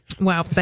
wow